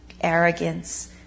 arrogance